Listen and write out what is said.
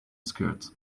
skirt